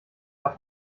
war